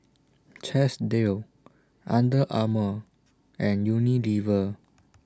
Chesdale Under Armour and Unilever